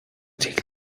takes